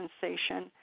sensation